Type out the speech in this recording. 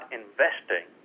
investing